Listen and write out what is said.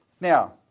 Now